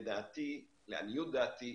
לעניות דעתי,